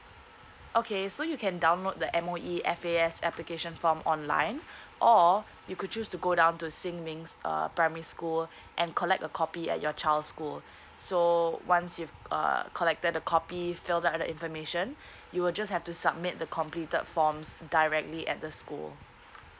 okay so you can download the M_O_E F_A_S application form online or you could choose to go down to xinmin's err primary school and collect a copy at your child's school so once you've uh collected the copy fill the other information you will just have to submit the completed forms directly at the school